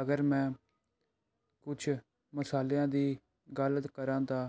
ਅਗਰ ਮੈਂ ਕੁਛ ਮਸਾਲਿਆਂ ਦੀ ਗੱਲ ਤ ਕਰਾਂ ਤਾਂ